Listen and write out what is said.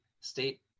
state